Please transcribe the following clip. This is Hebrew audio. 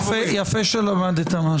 יפה שלמדת משהו.